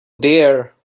dear